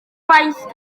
gwaith